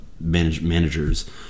managers